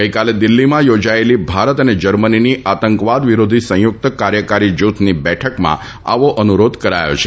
ગઈકાલે દિલ્ફીમાં યોજાયેલી ભારત અને જર્મનીની આતંકવાદ વિરોધી સંયુક્ત કાર્યકારી જ્રથની બેઠકમાં આવો અનુરોધ કરાયો છે